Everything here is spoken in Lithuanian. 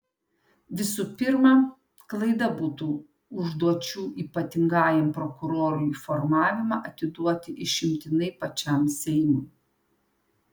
visų pirma klaida būtų užduočių ypatingajam prokurorui formavimą atiduoti išimtinai pačiam seimui